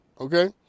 Okay